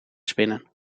spinnen